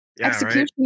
Execution